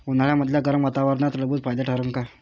उन्हाळ्यामदल्या गरम वातावरनात टरबुज फायद्याचं ठरन का?